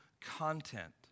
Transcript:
content